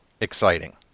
exciting